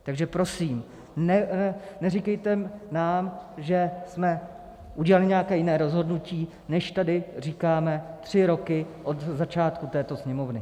Takže prosím, neříkejte nám, že jsme udělali nějaké jiné rozhodnutí, než tady říkáme tři roky od začátku této Sněmovny.